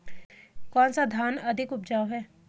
कौन सा धान अधिक उपजाऊ है?